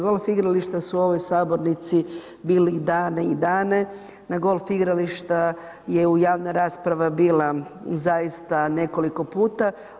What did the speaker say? Golf igrališta su u ovoj Sabornici bili dane i dane, na golf igrališta je u javna rasprava bila zaista nekoliko puta.